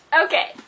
okay